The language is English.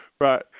Right